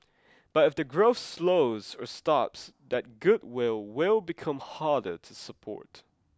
but if the growth slows or stops that goodwill will become harder to support